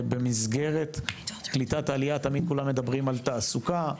במסגרת קליטת העלייה תמיד כולם מדברים על תעסוקה,